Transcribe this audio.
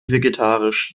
vegetarisch